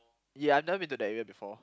ya I've never been to that area before